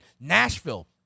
Nashville